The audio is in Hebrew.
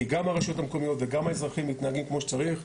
כי גם הרשויות המקומיות וגם האזרחים מתנהגים כמו שצריך.